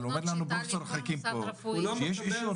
אבל אומר לנו פרופסור חכים פה שיש אישור,